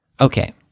Okay